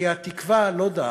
כי התקווה לא דעכה.